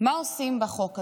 מה עושים בחוק הזה?